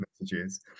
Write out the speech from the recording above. messages